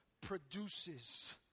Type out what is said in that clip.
produces